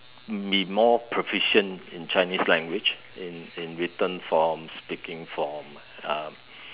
be more proficient in chinese language in in written form speaking form um